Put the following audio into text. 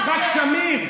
ליצחק שמיר.